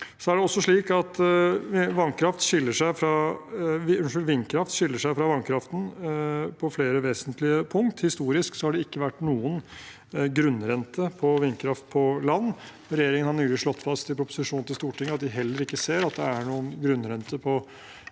er en betydelig innsats. Vindkraft skiller seg også fra vannkraft på flere vesentlige punkter. Historisk har det ikke vært noen grunnrente på vindkraft på land. Regjeringen har nylig slått fast i proposisjon til Stortinget at de heller ikke ser at det er noen grunnrente på vindkraft